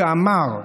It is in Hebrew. שאמר: